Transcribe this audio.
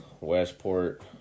Westport